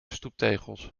stoeptegels